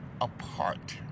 apart